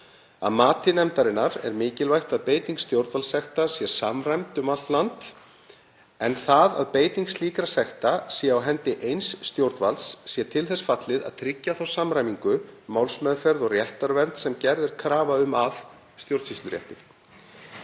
Að mati nefndarinnar er mikilvægt að beiting stjórnvaldssekta sé samræmd um allt land en það að beiting slíkra sekta sé á hendi eins stjórnvalds sé til þess fallið að tryggja þá samræmingu, málsmeðferð og réttarvernd sem gerð er krafa um að stjórnsýslurétti.